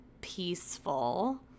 peaceful